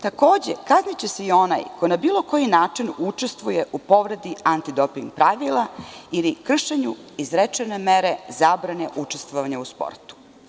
Takođe, kazniće se i onaj koji na bilo koji način učestvuje u povredi antidoping pravila ili kršenju izrečene mere zabrane učestvovanja u sportu.